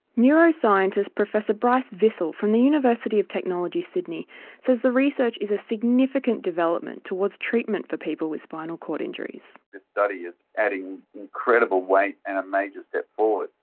neuroscientist professor bryce vissel from the university of technology sydney says the research is a significant development towards treatment for people with spinal cord injuries. this study is adding incredible weight and a major step forward.